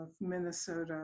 Minnesota